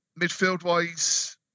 Midfield-wise